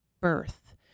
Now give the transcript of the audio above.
birth